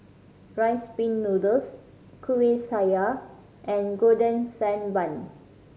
Rice Pin Noodles Kueh Syara and Golden Sand Bun